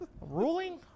Ruling